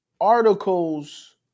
articles